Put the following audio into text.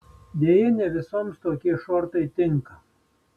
deja ne visoms tokie šortai tinka